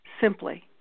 simply